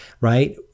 right